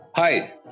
Hi